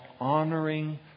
honoring